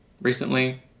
recently